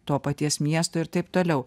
to paties miesto ir taip toliau